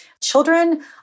Children